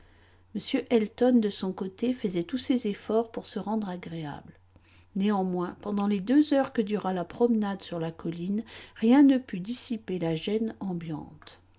m elton de son côté faisait tous ses efforts pour se rendre agréable néanmoins pendant les deux heures que dura la promenade sur la colline rien ne put dissiper la gêne ambiante